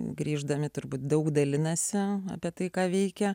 grįždami turbūt daug dalinasi apie tai ką veikia